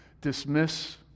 dismiss